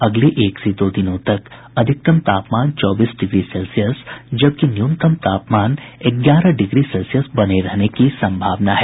अगले एक से दो दिनों तक अधिकतम तापमान चौबीस डिग्री सेल्सियस जबकि न्यूनतम तापमान ग्यारह डिग्री सेल्सियस बने रहने की सम्भावना है